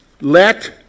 Let